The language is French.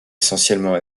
essentiellement